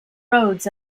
rhodes